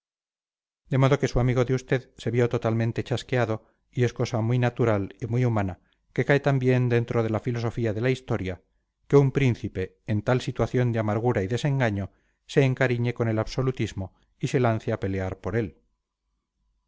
modo que su amigo de usted se vio totalmente chasqueado y es cosa muy natural y muy humana que cae también dentro de la filosofía de la historia que un príncipe en tal situación de amargura y desengaño se encariñe con el absolutismo y se lance a pelear por él